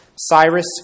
Cyrus